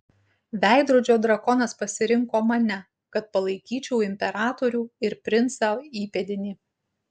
veidrodžio drakonas pasirinko mane kad palaikyčiau imperatorių ir princą įpėdinį